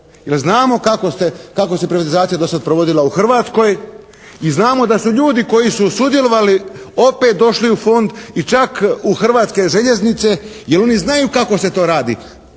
ste, kako se privatizacija do sad provodila u Hrvatskoj? I znamo da su ljudi koji su sudjelovali opet došli u Fond i čak u Hrvatske željeznice jer oni znaju kako se to radi?